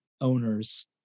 owners